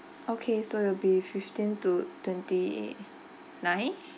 okay so it will be fifteen to twenty nine